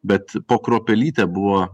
bet po kruopelytę buvo